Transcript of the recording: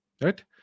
Right